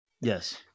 Yes